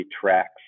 tracks